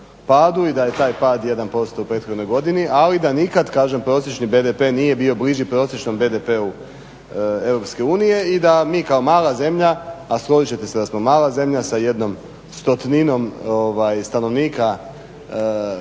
i da je taj pad 1% u prethodnoj godini ali da nikad kažem prosječni BDP nije bio bliži prosječnom BDP-u EU i da mi kao mala zemlja, a složit ćete se da smo mala zemlja sa jednom stotinom stanovnika EU,